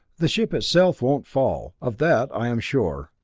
the ship itself won't fall, of that i am sure,